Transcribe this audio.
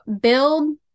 build